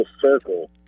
circle